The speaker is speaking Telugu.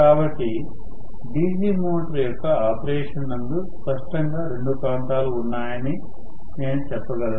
కాబట్టి DC మోటారు యొక్క ఆపరేషన్ నందు స్పష్టంగా రెండు ప్రాంతాలు ఉన్నాయని నేను చెప్పగలను